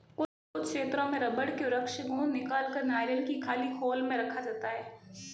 कुछ क्षेत्रों में रबड़ के वृक्ष से गोंद निकालकर नारियल की खाली खोल में रखा जाता है